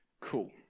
Cool